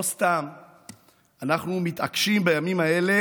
לא סתם אנחנו מתעקשים בימים אלה